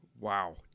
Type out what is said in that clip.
Wow